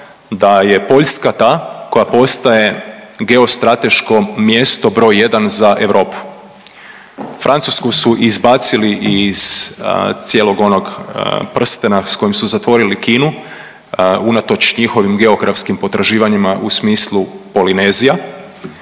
da je Poljska ta koja postaje geostrateško mjesto br. 1 za Europu. Francusku su izbacili iz cijelog onog prstena s kojim su zatvorili Kinu unatoč njihovim geografskim potraživanjima u smislu Polinezija.